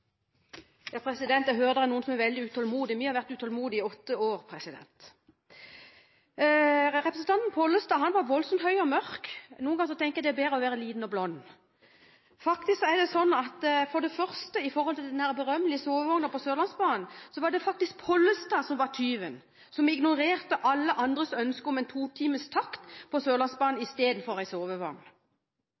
Ja eller nei – vil bompengeinnkrevingen bli redusert eller ikke i den store pakken i Trondheim? Svar her, på denne talerstolen! Jeg hører det er noen som er veldig utålmodige. Vi har vært utålmodige i åtte år. Representanten Pollestad var voldsomt høy og mørk. Noen ganger tenker jeg det er bedre å være liten og blond. Når det gjelder denne berømmelige sovevognen på Sørlandsbanen, var det faktisk Pollestad som var tyven, og som ignorerte alle andres ønske om en totimers takt på Sørlandsbanen, istedenfor